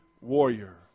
warrior